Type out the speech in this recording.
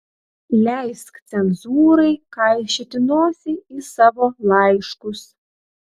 leisk cenzūrai kaišioti nosį į savo laiškus